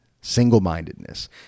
Single-mindedness